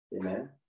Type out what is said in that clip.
Amen